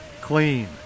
clean